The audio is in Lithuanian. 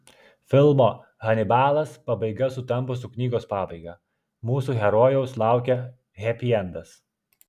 filmo hanibalas pabaiga sutampa su knygos pabaiga mūsų herojaus laukia hepiendas